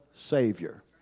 Savior